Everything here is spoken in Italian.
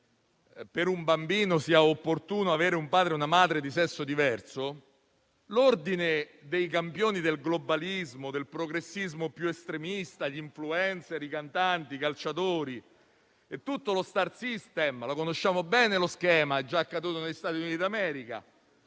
per un bambino sia opportuno avere un padre e una madre di sesso diverso, l'ordine dei campioni del globalismo e del progressismo più estremista (gli *influencer,* i cantanti, i calciatori e tutto lo *star system*: conosciamo bene lo schema, perché è già "accaduto" negli Stati Uniti d'America)